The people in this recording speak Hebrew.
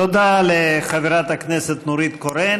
תודה לחברת הכנסת נורית קורן.